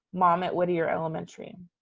mom at whittier elementary.